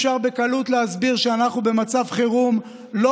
אפשר בקלות להסביר שאנחנו במצב חירום לא